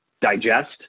digest